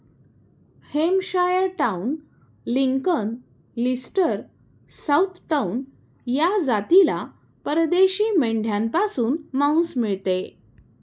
Hampshire Down, Lincoln, Leicester, Southdown या जातीला परदेशी मेंढ्यांपासून मांस मिळते